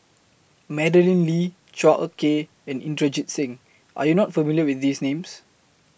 Madeleine Lee Chua Ek Kay and Inderjit Singh Are YOU not familiar with These Names